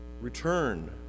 Return